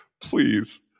Please